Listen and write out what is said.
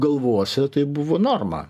galvose tai buvo norma